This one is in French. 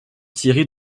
thierry